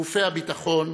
גופי הביטחון,